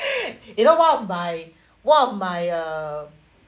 you know one of my one of my uh